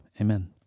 amen